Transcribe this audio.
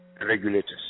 regulators